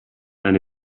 eine